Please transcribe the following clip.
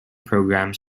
programs